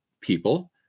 people